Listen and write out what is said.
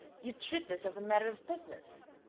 you treat this as a matter of business.